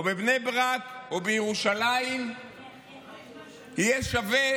בבני ברק או בירושלים יהיה שווה